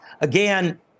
again